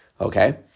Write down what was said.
Okay